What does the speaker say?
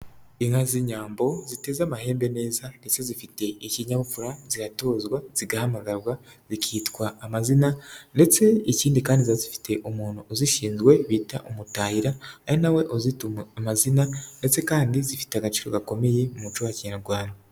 Inka z'Inyambo ziteze amahembe neza ndetse zifite ikinyabupfura, ziratozwa zigahamagarwa, zikitwa amazina ndetse ikindi kandi zifite umuntu uzishinzwe bita umutahira, ari na we uzita amazina ndetse kandi zifite agaciro gakomeye mu muco wa kinyarwanda.